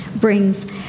brings